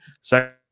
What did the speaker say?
Second